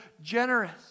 generous